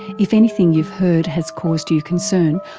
if anything you've heard has caused you you concern,